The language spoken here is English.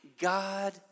God